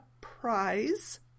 prize